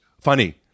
Funny